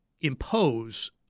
impose